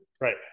right